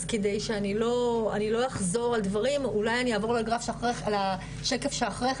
אז כדי שאני לא אחזור על דברים אולי אני אעבור לשקף שאחרי כן